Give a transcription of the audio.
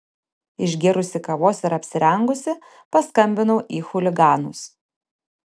išgėrusi kavos ir apsirengusi paskambinau į chuliganus